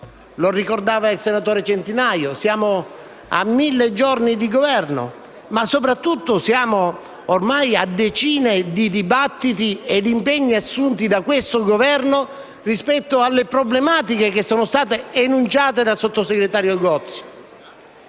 Lo ricordava il senatore Centinaio: siamo a mille giorni di Governo ma, soprattutto, siamo ormai a decine di dibattiti e impegni assunti da questo Governo rispetto alle problematiche enunciate dal sottosegretario Gozi.